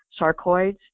sarcoids